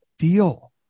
deal